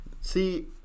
See